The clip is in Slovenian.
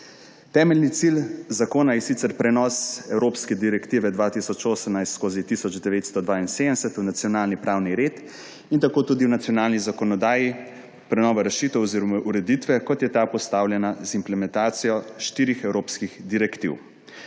Temeljni cilj zakona je sicer prenos evropske direktive 2018/1972 v nacionalni pravni red in tako tudi v nacionalni zakonodaji prenova rešitev oziroma ureditve, kot je ta postavljena z implementacijo štirih evropskih direktiv.